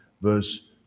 verse